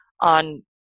on